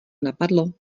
napadlo